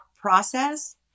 process